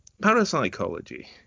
parapsychology